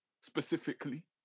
specifically